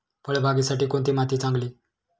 फळबागेसाठी कोणती माती चांगली?